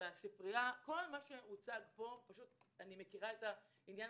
הספרייה כל מה שהוצג פה אני מבינה את העניין